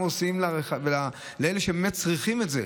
הם לא יודעים מה הם עושים לאלה שבאמת צריכים את זה,